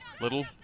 Little